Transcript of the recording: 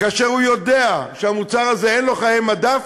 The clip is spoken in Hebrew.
כאשר הוא יודע שהמוצר הזה אין לו חיי מדף,